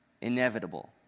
Inevitable